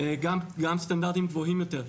גם סטנדרטים גבוהים יותר.